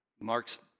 Mark's